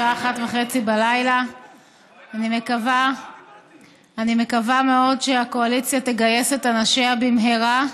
השעה 01:30. אני מקווה מאוד שהקואליציה תגייס את אנשיה במהרה,